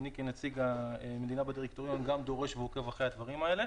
ואני כנציג המדינה בדירקטוריון גם דורש ועוקב אחרי הדברים האלה.